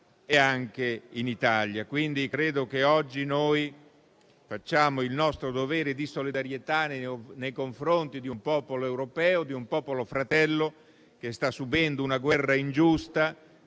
e anche in Italia. Credo che oggi noi facciamo il nostro dovere di solidarietà nei confronti di un popolo europeo e di un popolo fratello che sta subendo una guerra ingiusta.